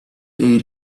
ate